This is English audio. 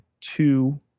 two